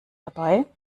dabei